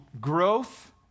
growth